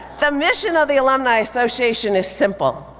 the mission of the alumni association is simple,